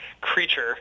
creature